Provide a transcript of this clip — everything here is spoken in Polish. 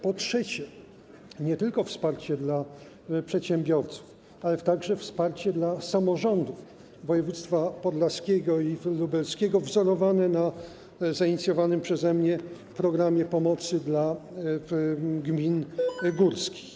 Po trzecie, nie tylko wsparcie dla przedsiębiorców, ale także wsparcie dla samorządów województw podlaskiego i lubelskiego wzorowane na zainicjowanym przeze mnie programie pomocy dla gmin górskich.